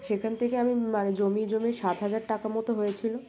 সেখান থেকে আমি মানে জমিয়ে জমিয়ে সাত হাজার টাকা মতো হয়েছিল